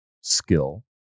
skill